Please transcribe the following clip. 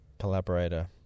collaborator